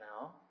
now